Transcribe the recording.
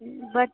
ब